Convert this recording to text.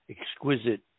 exquisite